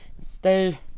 stay